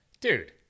dude